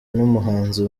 n’umuhanzi